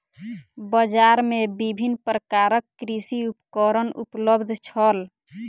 बजार में विभिन्न प्रकारक कृषि उपकरण उपलब्ध छल